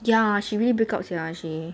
ya she really break up sia actually